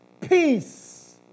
peace